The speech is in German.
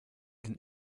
den